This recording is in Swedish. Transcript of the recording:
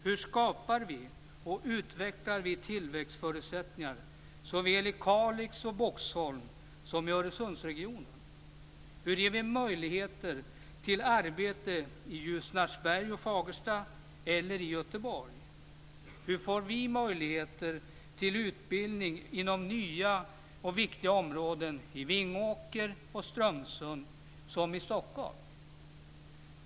Hur skapar vi och utvecklar tillväxtförutsättningar såväl i Kalix och Boxholm som i Öresundsregionen? Fagersta eller i Göteborg? Hur får vi möjligheter till utbildning inom nya och viktiga områden såväl i Vingåker och Strömsund som i Stockholm?